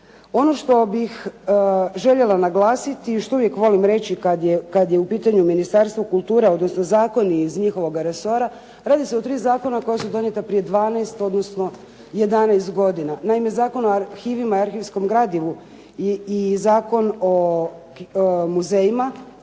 Ono što bih željela naglasiti i što uvijek volim reći kad je u pitanju Ministarstvo kulture odnosno zakoni iz njihovoga resora radi se o tri zakona koja su donijeta prije 12 odnosno 11 godina. Naime, Zakon o arhivima i arhivskom gradivu i Zakon o muzejima,